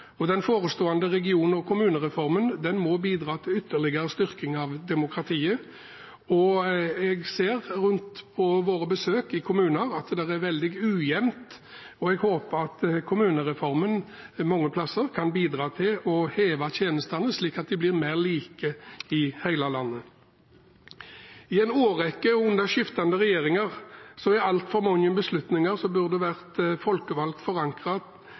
og den forestående region- og kommunereformen må bidra til ytterligere styrking av demokratiet. Jeg ser av våre besøk rundt i kommunene at det er veldig ujevnt, og jeg håper at kommunereformen mange plasser kan bidra til å heve tjenestene, slik at de blir mer like i hele landet. I en årrekke under skiftende regjeringer er altfor mange beslutninger som burde vært folkevalgt